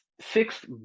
six